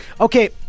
Okay